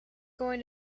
going